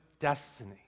destiny